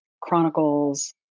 chronicles